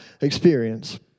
experience